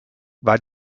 war